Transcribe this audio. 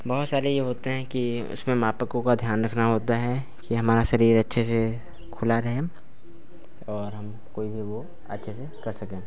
बहुत सारे यह होते हैं कि उसमें मापकों का ध्यान रखना होता है कि हमारा शरीर अच्छे से खुला रहे और हम कोई भी वह अच्छे से कर सकें